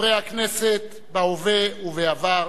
חברי הכנסת בהווה ובעבר,